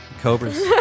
Cobras